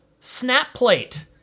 SnapPlate